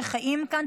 שחיים כאן,